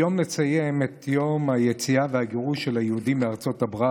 היום נציין את יום היציאה והגירוש של היהודים מארצות ערב